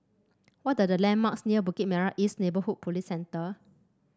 what are the landmarks near Bukit Merah East Neighbourhood Police Centre